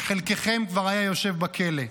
וחלקכם כבר היה יושב בכלא.